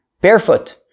barefoot